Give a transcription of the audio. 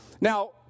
Now